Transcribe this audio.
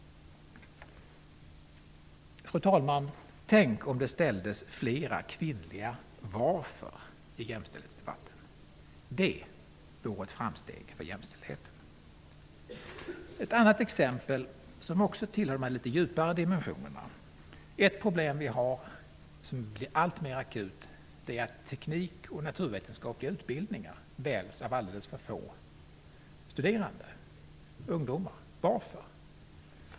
Fru talman! Tänk om det ställdes flera kvinnliga ''varför'' i jämställdhetsdebatten. Det vore ett framsteg för jämställdheten. Jag vill ta ytterligare ett exempel som gäller de djupare dimensionerna. Ett problem som håller på att bli alltmera akut är att tekniska och naturvetenskapliga utbildningar väljs av alltför få studerande ungdomar. Varför?